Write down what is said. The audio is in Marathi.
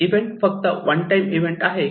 इव्हेंट फक्त वन टाइम इव्हेंट आहे का